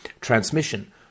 transmission